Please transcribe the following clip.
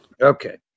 Okay